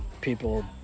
people